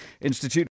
Institute